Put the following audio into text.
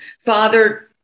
father